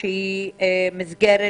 שהיא מסגרת